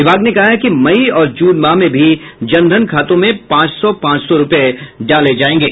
विभाग ने कहा है कि मई और जून माह में भी जन धन खातों में पांच सौ पांच सौ रूपये डाले जायेंगे